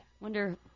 wonder